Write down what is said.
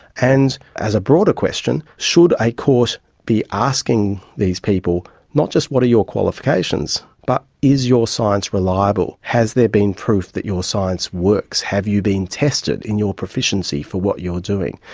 and as a broader question should a court be asking these people not just what are your qualifications but is your science reliable? has there been proof that your science works? have you been tested in your proficiency for what you are doing?